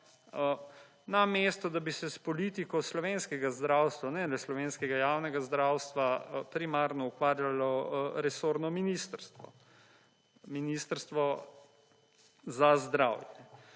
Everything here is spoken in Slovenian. na mesto, da bi se s politiko slovenskega zdravstva ne le slovenskega javnega zdravstva primarno ukvarjalo resorno Ministrstvo za zdravje.